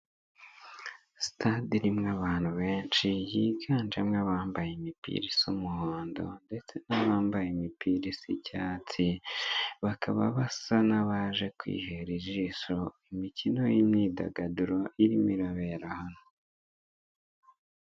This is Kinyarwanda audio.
Sitade irimo abantu benshi, yiganjemo bambaye imipira z'umuhondo, ndetse n'abambaye imipira isa icyatsi, bakaba basa n'abaje kwihera ijisho, imikino y'imyidagaduro irimo irabera ahano.